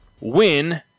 win